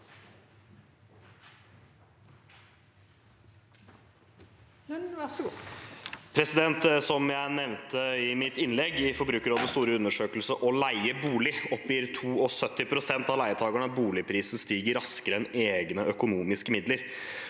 Som jeg nevnte i mitt innlegg: I Forbrukerrådets store undersøkelse, Å leie bolig, oppgir 72 pst. av leietakerne at boligprisen stiger raskere enn egne økonomiske midler.